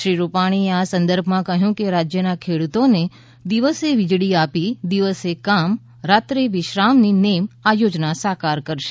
શ્રી રૂપાણીએ આ સંદર્ભમાં કહ્યું કે રાજ્યના ખેડૂતોને દિવસે વીજળી આપી દિવસે કામ રાત્રે વિશ્રામની નેમ આ યોજના સાકાર કરશે